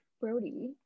brody